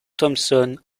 thompson